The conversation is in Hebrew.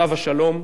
עליו השלום,